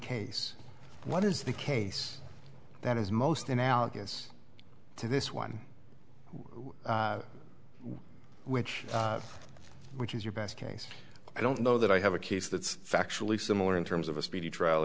case what is the case that is most analogous to this one which which is your best case i don't know that i have a case that's factually similar in terms of a speedy trial